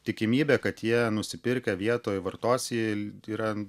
tikimybė kad jie nusipirkę vietoj vartos yra